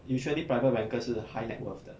usually private banker 是 high net worth 的